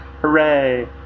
Hooray